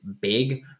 big